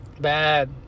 Bad